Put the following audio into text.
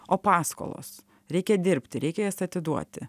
o paskolos reikia dirbti reikia juos atiduoti